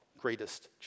greatest